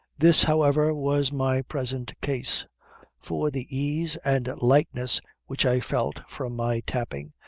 this, however, was my present case for the ease and lightness which i felt from my tapping,